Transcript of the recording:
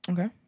Okay